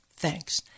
Thanks